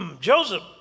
Joseph